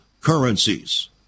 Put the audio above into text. currencies